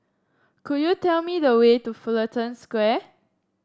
could you tell me the way to Fullerton Square